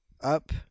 up